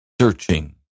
searching